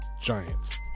Giants